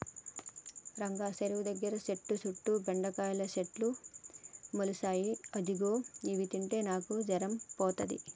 రంగా సెరువు దగ్గర సెట్టు సుట్టు బెండకాయల సెట్లు మొలిసాయి ఇదిగో గివి తింటే నీకు జరం పోతది